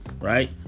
Right